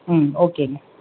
ம் ஓகேங்க